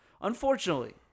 Unfortunately